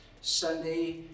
Sunday